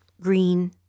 green